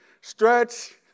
Stretch